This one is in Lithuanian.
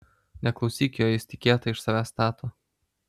neklausyk jo jis tik kietą iš savęs stato